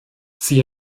sie